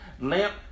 lamp